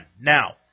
Now